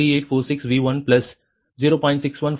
3846 V1 plus 0